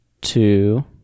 two